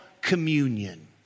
communion